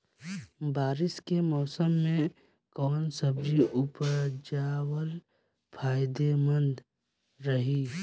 बारिश के मौषम मे कौन सब्जी उपजावल फायदेमंद रही?